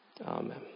Amen